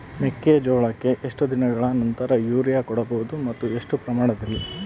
ಮೆಕ್ಕೆಜೋಳಕ್ಕೆ ಎಷ್ಟು ದಿನಗಳ ನಂತರ ಯೂರಿಯಾ ಕೊಡಬಹುದು ಮತ್ತು ಎಷ್ಟು ಪ್ರಮಾಣದಲ್ಲಿ?